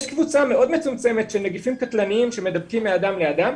יש קבוצה מאוד מצומצמת של נגיפים קטלניים שמדבקים מאדם לאדם,